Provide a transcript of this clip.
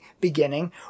beginning